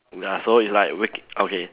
ya so it's like waking okay